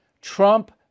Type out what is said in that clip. Trump